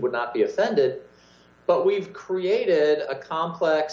would not be offended but we've created d a complex